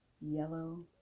yellow